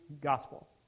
gospel